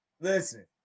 Listen